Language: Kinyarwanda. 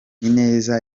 ineza